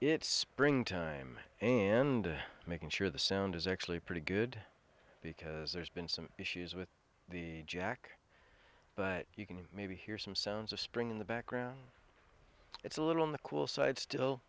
it's spring time and making sure the sound is actually pretty good because there's been some issues with the jack but you can maybe hear some sounds of spring in the background it's a little on the cool side still